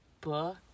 book